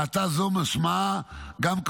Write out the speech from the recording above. האטה זו משמעה גם,